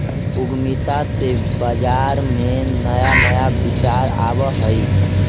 उद्यमिता से बाजार में नया नया विचार आवऽ हइ